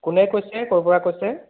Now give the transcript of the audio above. কোনে কৈছে ক'ৰ পৰা কৈছে